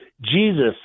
Jesus